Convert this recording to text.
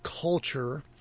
culture